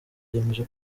yemeje